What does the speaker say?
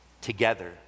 together